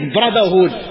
brotherhood